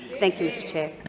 thank you, mr chair.